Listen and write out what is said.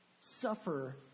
suffer